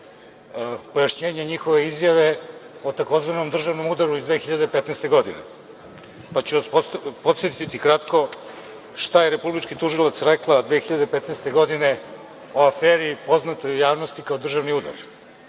pojašnjenje njihove izjave o takozvanom državnom udaru iz 2015. godine. Pa ću vas podsetiti kratko šta je Republički tužilac rekla 2015. godine o aferi poznatoj u javnosti kao državni udar.